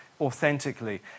authentically